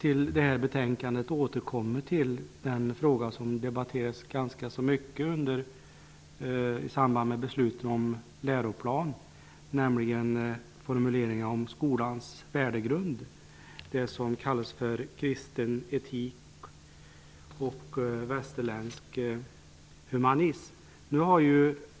I betänkandet återkommer man till en fråga som har debatterats ganska mycket i samband med läroplansbesluten, nämligen formuleringarna om skolans värdegrund, det som kallas kristen etik och västerländsk humanism.